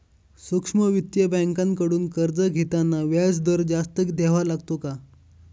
सूक्ष्म वित्तीय बँकांकडून कर्ज घेताना व्याजदर जास्त द्यावा लागतो का?